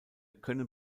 können